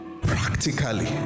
Practically